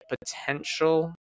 potential